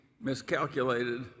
miscalculated